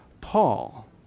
Paul